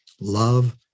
love